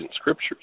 scriptures